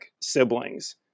siblings